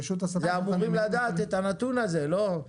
אמורים לדעת את הנתון הזה, לא?